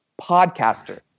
podcaster